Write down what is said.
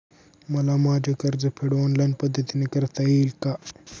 मला माझे कर्जफेड ऑनलाइन पद्धतीने करता येईल का?